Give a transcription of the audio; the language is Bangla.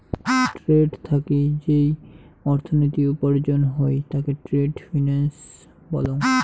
ট্রেড থাকি যেই অর্থনীতি উপার্জন হই তাকে ট্রেড ফিন্যান্স বলং